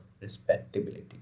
respectability